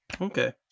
Okay